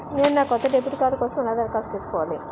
నేను నా కొత్త డెబిట్ కార్డ్ కోసం ఎలా దరఖాస్తు చేసుకోవాలి?